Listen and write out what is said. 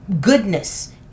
goodness